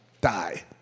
die